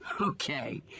Okay